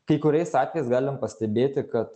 kai kuriais atvejais galim pastebėti kad